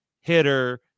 hitter